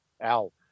Al